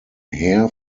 heer